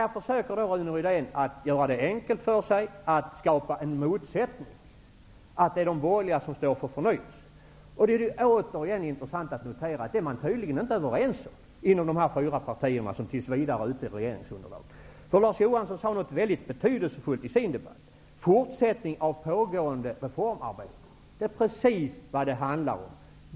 Rune Rydén försöker göra det enkelt för sig, att skapa en motsättning, dvs. att det är de borgerliga som står för förnyelse. Det är återigen intressant att notera att man tydligen inte är överens om det inom de fyra partier som tills vidare utgör regeringsunderlaget. Larz Johansson sade något mycket betydelsefullt i sitt anförande: Fortsättning av pågående reformarbete. Det är precis vad det handlar om!